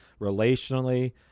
relationally